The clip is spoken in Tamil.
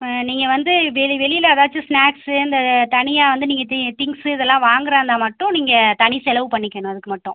நீங்கள் வந்து வெளி வெளியில் ஏதாச்சும் ஸ்நாக்ஸு இந்த தனியாக வந்து நீங்கள் தி திங்க்ஸு இதெலாம் வாங்கிறாந்தா மட்டும் நீங்கள் தனி செலவு பண்ணிக்கணும் அதுக்கு மட்டும்